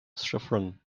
saffron